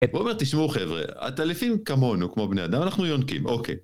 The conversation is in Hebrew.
הוא אומר, תשמעו חבר'ה, עטלפים כמונו, כמו בני אדם, אנחנו יונקים, אוקיי.